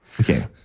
Okay